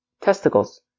testicles